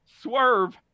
Swerve